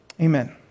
Amen